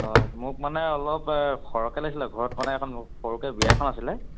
হয় মোক মানে অলপ সৰহকৈ লাগিছিলে ঘৰত মানে এখন সৰুকৈ বিয়া এখন আছিলে